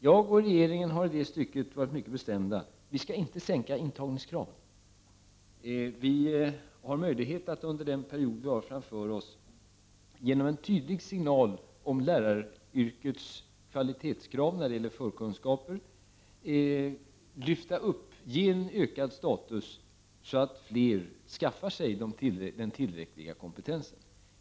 Jag och den övriga regeringen har varit mycket bestämda på den punkten. Vi skall inte sänka inträdeskraven. Under den period vi har framför oss har vi möjlighet att genom en tydlig signal om läraryrkets krav på kvalitet på förkunskaperna lyfta upp lärarutbildningen och ge den ökad status så att fler skaffar sig tillräcklig kompetens.